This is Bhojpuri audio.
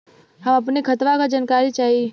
हम अपने खतवा क जानकारी चाही?